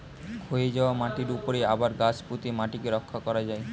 ক্ষয়ে যাওয়া মাটির উপরে আবার গাছ পুঁতে মাটিকে রক্ষা করা যায়